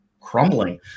crumbling